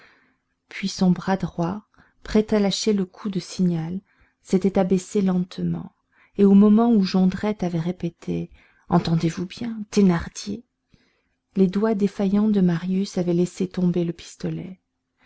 puis son bras droit prêt à lâcher le coup de signal s'était abaissé lentement et au moment où jondrette avait répété entendez-vous bien thénardier les doigts défaillants de marius avaient laissé tomber le pistolet